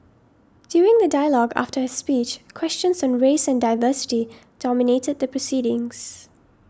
during the dialogue after his speech questions on race and diversity dominated the proceedings